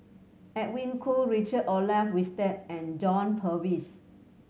Edwin Koo Richard Olaf Winstedt and John Purvis